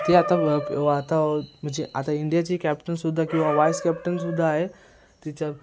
ती आता आता म्हणजे आता इंडियाची कॅप्टनसुद्धा किंवा वॉईस कॅप्टनसुद्धा आहे तिच्या